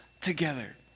together